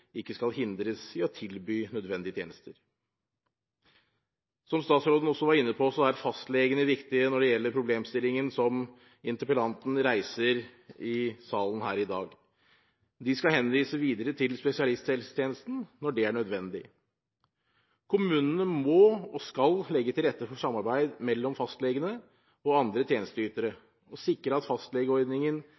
ikke skal hindres i å tilby nødvendige tjenester. Som statsråden også var inne på, er fastlegene viktige når det gjelder problemstillingen som interpellanten reiser i salen her i dag. De skal henvise videre til spesialisthelsetjenesten når det er nødvendig. Kommunene må og skal legge til rette for samarbeid mellom fastlegene og andre tjenesteytere og sikre at fastlegeordningen